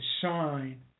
shine